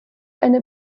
eine